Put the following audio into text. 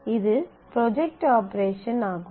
இது project operation ஆகும்